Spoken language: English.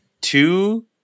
two